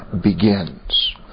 begins